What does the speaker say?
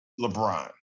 LeBron